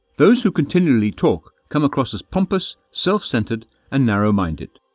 those who continually talk come across as pompous, self-centered and narrow-minded.